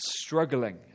struggling